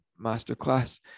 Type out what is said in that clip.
masterclass